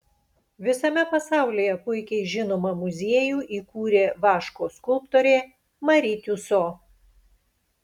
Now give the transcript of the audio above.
visame pasaulyje puikiai žinomą muziejų įkūrė vaško skulptorė mari tiuso